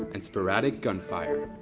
and sporadic gunfire.